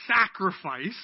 sacrifice